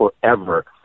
forever